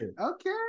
Okay